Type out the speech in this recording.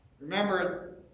remember